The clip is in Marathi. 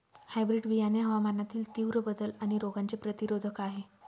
हायब्रीड बियाणे हवामानातील तीव्र बदल आणि रोगांचे प्रतिरोधक आहे